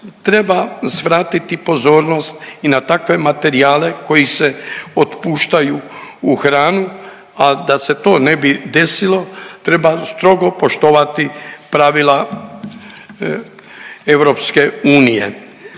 Treba svratiti pozornost i na takve materijale koji se otpuštaju u hranu, a da se to ne bi desilo treba strogo poštovati pravila EU.